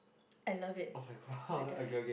I love it to death